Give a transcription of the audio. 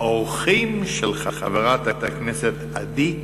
האורחים של חברת הכנסת עדי קול.